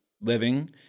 living